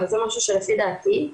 וזה משהו שלפי דעתי,